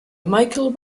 michael